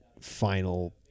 final